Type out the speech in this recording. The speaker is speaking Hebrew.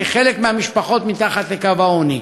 כחלק מהמשפחות שמתחת לקו העוני.